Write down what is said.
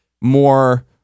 more